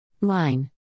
line